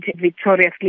victoriously